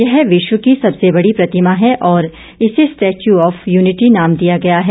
यह विश्व की सबसे बड़ी प्रतिमा है और इसे स्टैच्यू ऑफ यूनिटी नाम दिया गया है